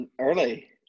early